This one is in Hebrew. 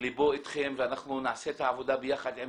ליבו איתכם ואנחנו נעשה את העבודה ביחד עם